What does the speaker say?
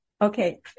Okay